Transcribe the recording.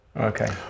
okay